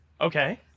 okay